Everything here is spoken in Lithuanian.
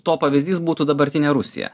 to pavyzdys būtų dabartinė rusija